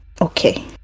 okay